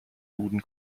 duden